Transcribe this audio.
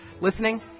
listening